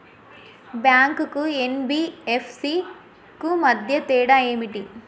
Bank కు NBFC కు మధ్య తేడా ఏమిటి?